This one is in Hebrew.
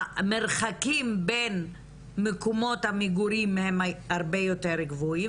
המרחקים בין מקומות המגורים הם הרבה יותר גבוהים